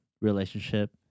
relationship